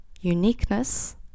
Uniqueness